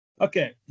Okay